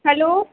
hello